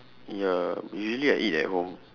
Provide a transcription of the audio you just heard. ya usually I eat at home